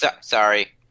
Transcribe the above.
sorry